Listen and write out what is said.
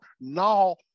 Now